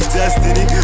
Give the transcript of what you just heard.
destiny